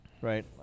right